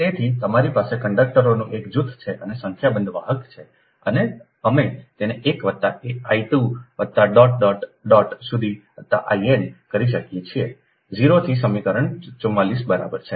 તેથી તમારી પાસે કંડકટરોનું એક જૂથ છે અને સંખ્યાબંધ વાહક છે અને અમે તેને 1 વત્તા I 2 વત્તા ડોટ ડોટ ડોટ સુધી વત્તા I n કરી શકીએ છીએ 0 આ સમીકરણ 44 બરાબર છે